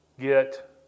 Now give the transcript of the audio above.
get